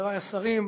חבריי השרים,